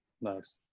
Nice